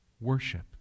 worship